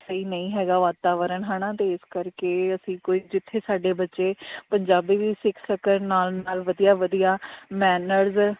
ਸਹੀ ਨਹੀਂ ਹੈਗਾ ਵਾਤਾਵਰਨ ਹੈ ਨਾ ਅਤੇ ਇਸ ਕਰਕੇ ਅਸੀਂ ਕੋਈ ਜਿੱਥੇ ਸਾਡੇ ਬੱਚੇ ਪੰਜਾਬੀ ਵੀ ਸਿੱਖ ਸਕਣ ਨਾਲ ਨਾਲ ਵਧੀਆ ਵਧੀਆ ਮੈਨਰਜ